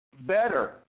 Better